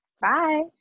bye